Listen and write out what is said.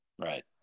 Right